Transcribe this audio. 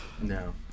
No